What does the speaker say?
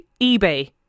eBay